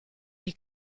dei